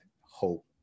hope